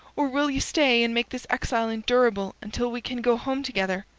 or will ye stay and make this exile endurable until we can go home together?